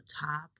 top